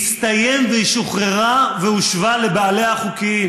הסתיים והיא שוחררה והושבה לבעליה החוקיים,